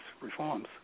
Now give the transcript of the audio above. reforms